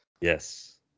Yes